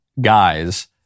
guys